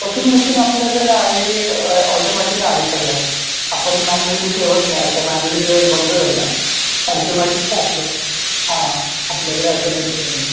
washing machine आपल्याकडे आहे automatic आहे सगळ्या आपण मॅन्युली ठेवत नाही आता मॅन्युली ते बंद झाल्या ऑटोमॅटिक तर आपल्या हां आपल्याकडे ॲटोमॅटिकवाल्या आहे